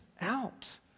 out